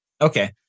Okay